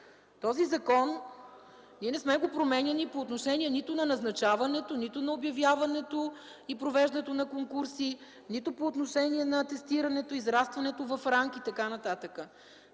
Този закон не сме го променяли по отношение нито на назначаването, нито на обявяването и провеждането на конкурси, нито по отношение на атестирането, израстването в ранг и така нататък.